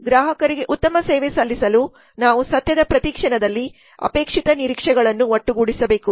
ಆದ್ದರಿಂದ ಗ್ರಾಹಕರಿಗೆ ಉತ್ತಮ ಸೇವೆ ಸಲ್ಲಿಸಲು ನಾವು ಸತ್ಯದ ಪ್ರತಿ ಕ್ಷಣದಲ್ಲಿ ಅಪೇಕ್ಷಿತ ನಿರೀಕ್ಷೆಗಳನ್ನು ಒಟ್ಟುಗೂಡಿಸಬೇಕು